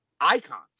icons